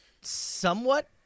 somewhat